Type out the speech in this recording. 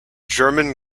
german